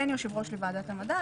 אין יושב-ראש לוועדת המדע,